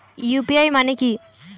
UPI মানে কি?